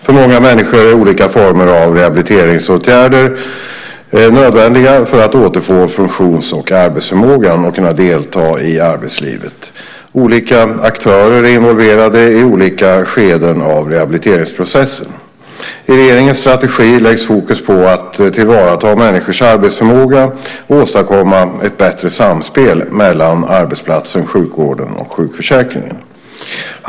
För många människor är olika former av rehabiliteringsåtgärder nödvändiga för att återfå funktions och arbetsförmågan och kunna delta i arbetslivet. Olika aktörer är involverade i olika skeden av rehabiliteringsprocessen. I regeringens strategi läggs fokus på att ta till vara människors arbetsförmåga och åstadkomma ett bättre samspel mellan arbetsplatsen, sjukvården och sjukförsäkringen.